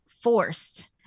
forced